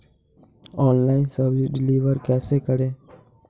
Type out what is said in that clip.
Online सब्जी deliver कैसे करें?